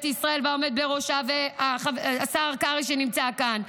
ישראל והעומד בראשה והשר קרעי שנמצא כאן,